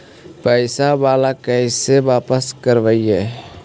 पैसा बाला कैसे बापस करबय?